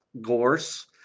gorse